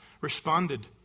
responded